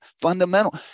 fundamental